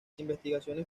investigaciones